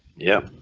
yeah?